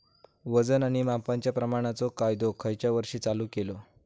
वजन आणि मापांच्या प्रमाणाचो कायदो खयच्या वर्षी चालू केलो?